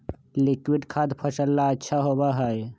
liquid खाद फसल ला अच्छा होबा हई